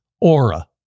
Aura